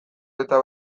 eta